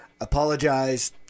apologize